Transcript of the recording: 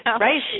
Right